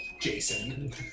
Jason